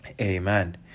Amen